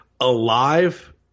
Alive